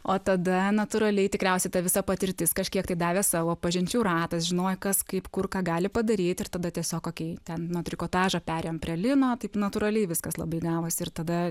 o tada natūraliai tikriausiai ta visa patirtis kažkiek tai davė savo pažinčių ratas žinojo kas kaip kur ką gali padaryti ir tada tiesiog okei ten nuo trikotažo perėjom prie lino taip natūraliai viskas labai gavosi ir tada